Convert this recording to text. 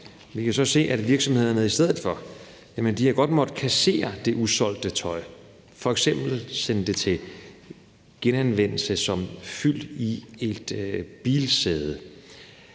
vi kan så se, at virksomhederne i stedet for godt har måttet kassere det usolgte tøj, f.eks. sende det til genanvendelse som fyld i et bilsæde.